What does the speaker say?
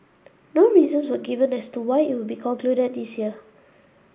no reasons were given as to why it will be concluded this year